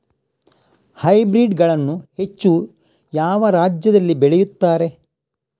Hybrid ಗಳನ್ನು ಹೆಚ್ಚು ಯಾವ ರಾಜ್ಯದಲ್ಲಿ ಬೆಳೆಯುತ್ತಾರೆ?